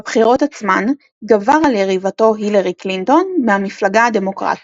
בבחירות עצמן גבר על יריבתו הילרי קלינטון מהמפלגה הדמוקרטית.